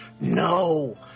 No